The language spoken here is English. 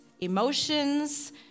emotions